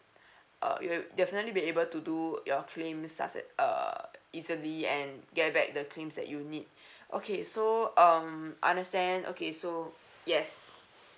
uh we'll definitely be able to do your claim succe~ err easily and get back the claims that you need okay so um understand okay so yes